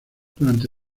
durante